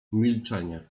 milczenie